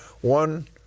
One